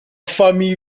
famille